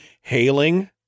hailing